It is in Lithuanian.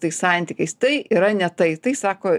tais santykiais tai yra ne tai tai sako